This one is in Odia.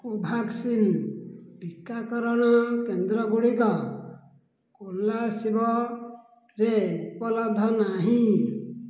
କୋଭ୍ୟାକ୍ସିନ୍ ଟିକାକରଣ କେନ୍ଦ୍ର ଗୁଡ଼ିକ କୋଲାସିବରେ ଉପଲବ୍ଧ ନାହିଁ